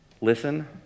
Listen